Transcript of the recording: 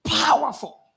powerful